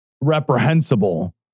reprehensible